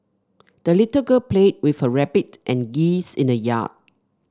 the little girl played with her rabbit and geese in the yard